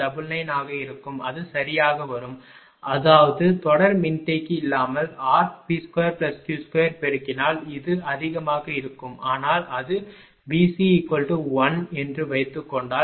099 ஆக இருக்கும் அது சரியாக வரும் அதாவது தொடர் மின்தேக்கி இல்லாமல் rP2Q2 பெருக்கினால் இது அதிகமாக இருக்கும் ஆனால் அது Vc 1 என்று வைத்துக் கொண்டால்